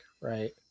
right